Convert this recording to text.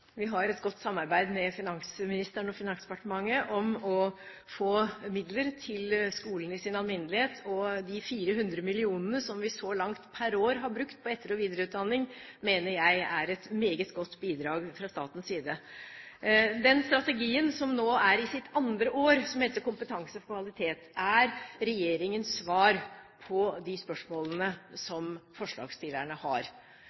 Finansdepartementet om å få midler til skolene i sin alminnelighet. De 400 mill. kr som vi så langt har brukt per år på etter- og videreutdanning, mener jeg er et meget godt bidrag fra statens side. Den strategien som nå er i sitt andre år, som heter Kompetanse for kvalitet, er regjeringens svar på de spørsmålene som forslagsstillerne har.